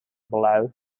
below